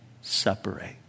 separate